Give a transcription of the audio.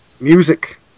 Music